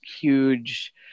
huge